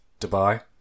dubai